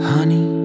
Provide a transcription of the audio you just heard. Honey